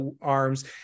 arms